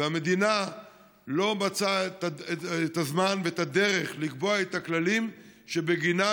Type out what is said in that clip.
והמדינה לא מצאה את הזמן ואת הדרך לקבוע את הכללים שבגינם